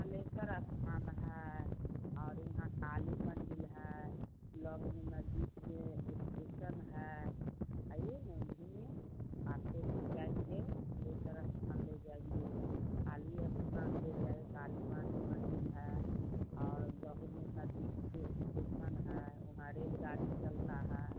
थलेसर स्थान है और यहाँ काली मंदिल है लग में नज़दीक में स्टेसन है आइए ना घूमिए आपको ले जाएँगे थलेसर स्थान ले जाएँगे काली स्थान ले जाए काली माँ के मंदिल है और अलग में नज़दीक स्टेसन है वहाँ रेलगाड़ी चलती है